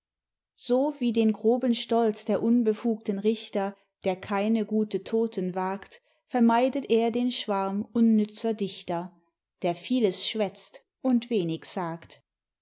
so wie den groben stolz der unbefugten richter der keine gute toten wagt vermeidet er den schwarm unnützer dichter der vieles schwätzt und wenig sagt